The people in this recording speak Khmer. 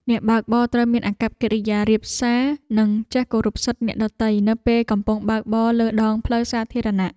អ្នកបើកបរត្រូវមានអាកប្បកិរិយារាបសារ និងចេះគោរពសិទ្ធិអ្នកដទៃនៅពេលកំពុងបើកបរលើដងផ្លូវសាធារណៈ។